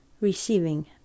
receiving